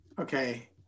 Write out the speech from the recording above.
Okay